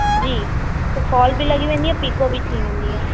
जी fall बि लॻी वेंदी आहे पीको बि थी वेंदी आहे